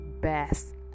best